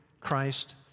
Christ